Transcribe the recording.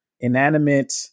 inanimate